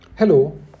Hello